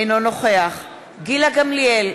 אינו נוכח גילה גמליאל,